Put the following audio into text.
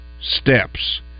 steps